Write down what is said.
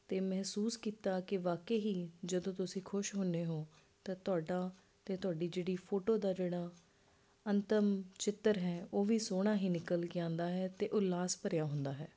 ਅਤੇ ਮਹਿਸੂਸ ਕੀਤਾ ਕਿ ਵਾਕੇ ਹੀ ਜਦੋਂ ਤੁਸੀਂ ਖੁਸ਼ ਹੁੰਨੇ ਹੋ ਤਾਂ ਤੁਹਾਡਾ ਅਤੇ ਤੁਹਾਡੀ ਜਿਹੜੀ ਫੋਟੋ ਦਾ ਜਿਹੜਾ ਅੰਤਿਮ ਚਿੱਤਰ ਹੈ ਉਹ ਵੀ ਸੋਹਣਾ ਹੀ ਨਿਕਲ ਕੇ ਆਉਂਦਾ ਹੈ ਅਤੇ ਉਲਾਸ ਭਰਿਆ ਹੁੰਦਾ ਹੈ